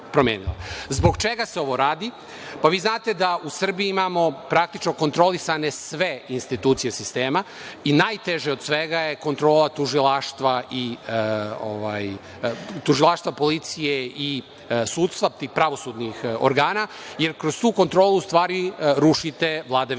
Zbog čega se ovo radi? Vi znate da u Srbiji imamo praktično kontrolisane sve institucije sistema i najteže od svega je kontrola tužilaštva, policije i sudstva, tih pravosudnih organa, jer kroz tu kontrolu, u stvari, rušite vladavinu